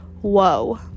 Whoa